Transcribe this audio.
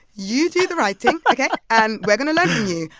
you do the right thing. ok? and we're going to learn from you.